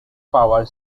power